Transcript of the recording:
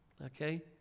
Okay